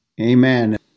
Amen